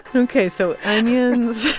and ok, so onions